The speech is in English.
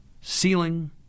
ceiling